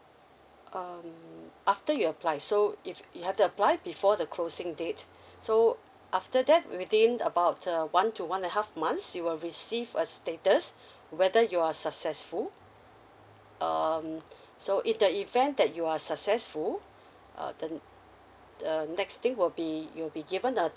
um after you apply so if you have to apply before the closing date so after that within about err one to one and half months you will receive a status whether you're successful um so in the event that you are successful err then err next thing would be you would be given a